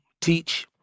teach